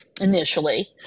initially